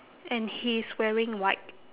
and he is wearing white